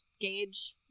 gauge